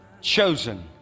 chosen